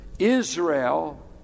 Israel